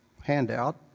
handout